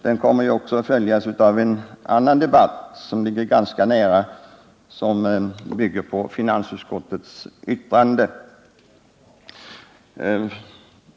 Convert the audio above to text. Den kommer också att följas av en annan debatt, som ligger ganska nära och som bygger på finansutskottets betänkande.